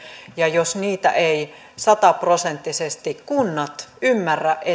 ja jos niitä eivät sataprosenttisesti kunnat ymmärrä